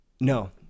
No